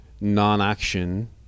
non-action